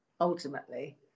ultimately